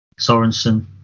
Sorensen